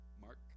Mark